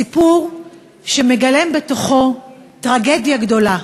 סיפור שמגלם בתוכו טרגדיה גדולה,